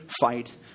fight